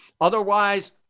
otherwise